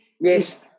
Yes